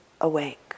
awake